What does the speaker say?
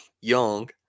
young